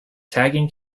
tagging